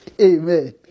Amen